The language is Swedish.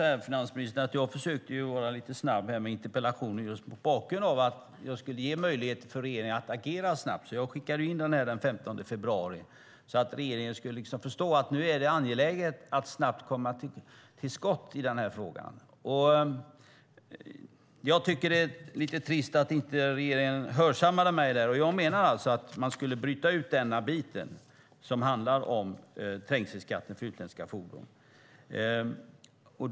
Herr talman! Jag försökte vara lite snabb med interpellationen just mot bakgrund av att jag skulle ge möjlighet för regeringen att agera snabbt, finansministern. Jag skickade in interpellationen den 15 februari så att regeringen skulle förstå att det är angeläget att snabbt komma till skott i frågan. Jag tycker att det är lite trist att regeringen inte hörsammade mig där. Jag menar att man borde bryta ut den bit som handlar om trängselskatten för utländska fordon.